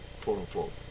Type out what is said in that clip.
quote-unquote